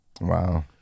Wow